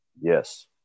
yes